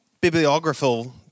bibliographical